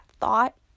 thought